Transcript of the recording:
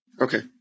Okay